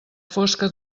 fosca